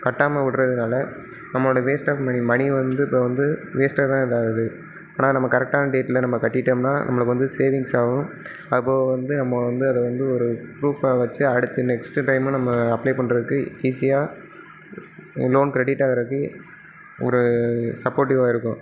கட்டாமல் விடுகிறதுனால நம்மோட வேஸ்ட் ஆஃப் மணி மணி வந்து இப்போது வந்து வேஸ்ட்டாக தான் இதாகுது ஆனால் நம்ம கரெக்ட்டான டேட்டில் நம்ம கட்டிவிட்டோம்னா நம்மளுக்கு வந்து சேவிங்ஸ் ஆகும் அப்போது வந்து நம்ம வந்து அதை வந்து ஒரு ப்ரூஃப்பாக வச்சு அடுத்த நெக்ஸ்ட்டு டைம்மு நம்ம அப்ளை பண்ணுறதுக்கு ஈஸியாக லோன் கெரெடிட் ஆகிறக்கு ஒரு சப்போர்ட்டிவ்வாக இருக்கும்